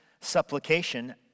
supplication